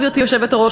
גברתי היושבת-ראש,